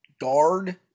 guard